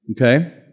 okay